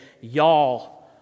y'all